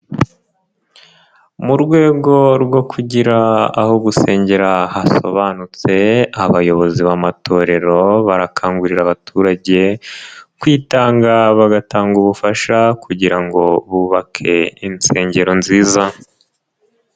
Mu rwego rwo kugira aho gusengera hasobanutse, abayobozi b’amatorero barakangurira abaturage kwitanga bagatanga ubufasha kugira ngo bubake insengero nziza.